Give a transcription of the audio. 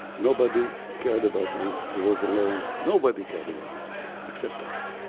nobody cared about him. he was alone. nobody cared about him except us.